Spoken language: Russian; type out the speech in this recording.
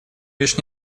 лишь